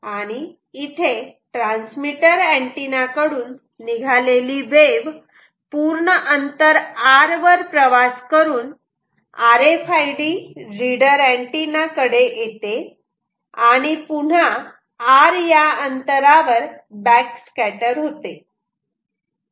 आणि इथे transmitter antenna कडून निघालेली वेव्ह पूर्ण अंतर r वर प्रवास करून R F I D reader antenna कडे येते आणि पुन्हा r या अंतरावर बॅकस्कॅटर होते